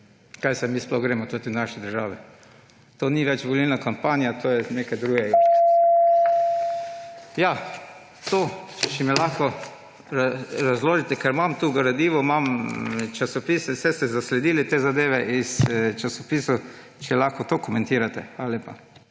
kaj se mi sploh gremo v tej naši državi. To ni več volilna kampanja, to je nekaj drugega. To, če mi lahko razložite. Ker imam tu gradivo, imam časopis, saj ste zasledili te zadeve iz časopisov, če lahko to komentirate. Hvala lepa.